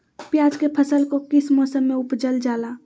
प्याज के फसल को किस मौसम में उपजल जाला?